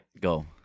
Go